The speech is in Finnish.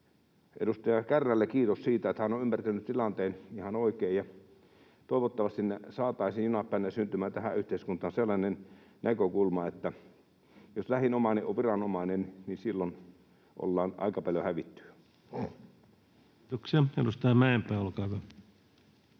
Edustaja Kärnälle kiitos siitä, että hän on ymmärtänyt tilanteen ihan oikein. Toivottavasti saataisiin jonain päivänä syntymään tähän yhteiskuntaan sellainen näkökulma, että jos lähin omainen on viranomainen, niin silloin ollaan aika paljon hävitty. [Speech 177] Speaker: